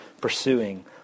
pursuing